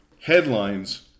headlines